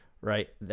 right